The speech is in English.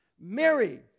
Mary